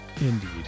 Indeed